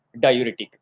diuretic